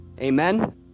Amen